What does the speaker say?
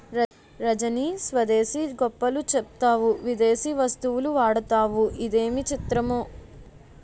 రజనీ స్వదేశీ గొప్పలు చెప్తావు విదేశీ వస్తువులు వాడతావు ఇదేమి చిత్రమో